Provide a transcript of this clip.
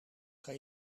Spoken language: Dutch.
kan